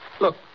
Look